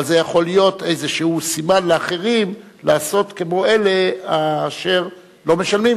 אבל זה יכול להיות סימן לאחרים לעשות כמו אלה אשר לא משלמים,